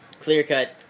clear-cut